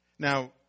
Now